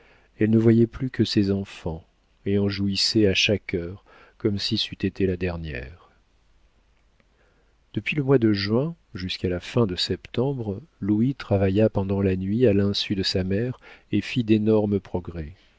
elle ne voyait plus que ses enfants et en jouissait à chaque heure comme si c'eût été la dernière depuis le mois de juin jusqu'à la fin de septembre louis travailla pendant la nuit à l'insu de sa mère et fit d'énormes progrès